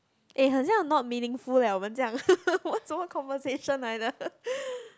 eh 很像 not meaningful leh 我们这样 我们什么 conversation 来的